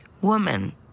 woman